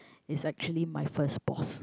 is actually my first boss